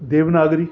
Devanagari